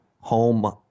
Home